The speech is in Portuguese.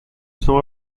estão